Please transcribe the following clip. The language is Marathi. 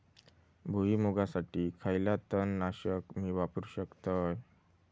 भुईमुगासाठी खयला तण नाशक मी वापरू शकतय?